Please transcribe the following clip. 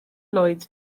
lloyd